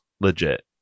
legit